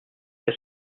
est